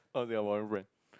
non Singaporean friend